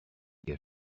get